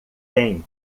tem